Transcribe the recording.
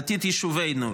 לעתיד יישובנו,